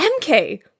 MK